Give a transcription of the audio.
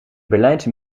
berlijnse